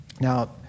Now